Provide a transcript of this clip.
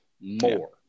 more